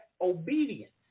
Obedience